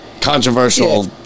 controversial